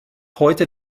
heute